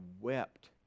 wept